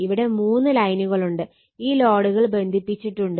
ഇവിടെ മൂന്ന് ലൈനുകളുണ്ട് ഈ ലോഡുകൾ ബന്ധിപ്പിച്ചിട്ടുണ്ട്